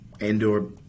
indoor